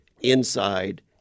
inside